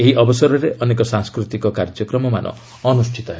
ଏହି ଅବସରରେ ଅନେକ ସାଂସ୍କୃତିକ କାର୍ଯ୍ୟକ୍ରମମାନ ଅନୁଷ୍ଠିତ ହେବ